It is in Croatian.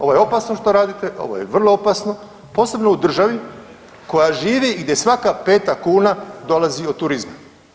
Ovo je opasno što radite, ovo je vrlo opasno posebno u državi koja živi i gdje svaka 5 kuna dolazi od turizma.